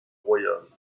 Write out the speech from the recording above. royales